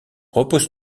repose